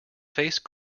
face